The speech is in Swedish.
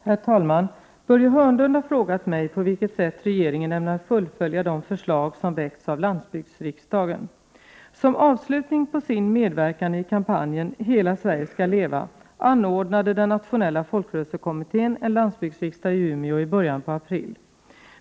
Herr talman! Börje Hörnlund har frågat mig på vilket sätt regeringen ämnar fullfölja de förslag som väckts av landsbygdsriksdagen. anordnade den nationella folkrörelsekommittén en landsbygdsriksdag i Umeå i början på april.